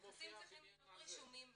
נכסים צריכים להיות רשומים בטאבו.